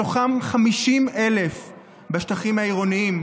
מתוכם 50,000 בשטחים העירוניים,